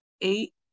eight